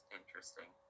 interesting